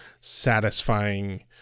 satisfying